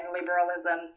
liberalism